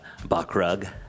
Bakrug